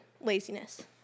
laziness